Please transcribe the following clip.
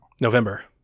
November